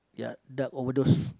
ya drug overdose